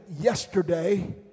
yesterday